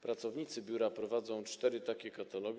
Pracownicy biura prowadzą cztery takie katalogi.